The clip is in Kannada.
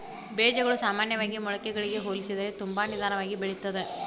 ಬೇಜಗಳು ಸಾಮಾನ್ಯವಾಗಿ ಮೊಳಕೆಗಳಿಗೆ ಹೋಲಿಸಿದರೆ ತುಂಬಾ ನಿಧಾನವಾಗಿ ಬೆಳಿತ್ತದ